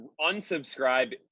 unsubscribe